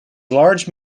large